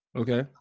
Okay